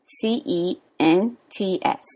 c-e-n-t-s